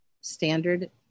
standard